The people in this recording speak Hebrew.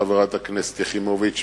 חברת הכנסת יחימוביץ,